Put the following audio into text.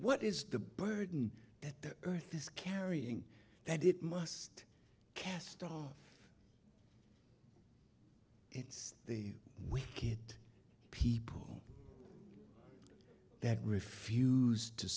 what is the burden that the earth is carrying that it must cast off its we get people that refuse to